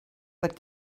but